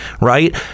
Right